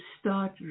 start